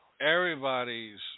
everybody's